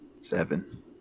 Seven